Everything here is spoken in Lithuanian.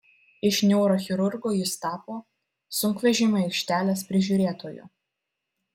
iš neurochirurgo jis tapo sunkvežimių aikštelės prižiūrėtoju